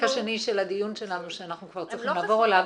--- בחלק השני של הדיון שלנו שנעבור אליו,